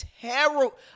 terrible